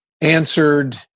answered